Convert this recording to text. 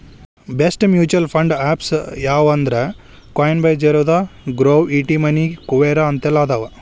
best mutual fund apps ಯಾವಂದ್ರಾ coin by Zerodha Groww ET money Kuvera ಅಂತೆಲ್ಲಾ ಅದಾವ